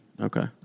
Okay